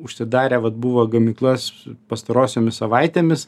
užsidarę vat buvo gamyklas pastarosiomis savaitėmis